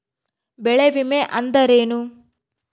ಬೆಳೆ ವಿಮೆ ಅಂದರೇನು?